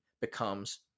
becomes